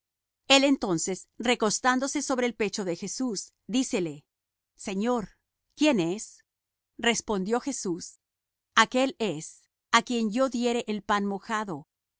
el entonces recostándose sobre el pecho de jesús dícele señor quién es respondió jesús aquél es á quien yo diere el pan mojado